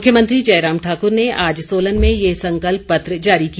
मुख्यमंत्री जयराम ठाकुर ने आज सोलन में ये संकल्प पत्र जारी किया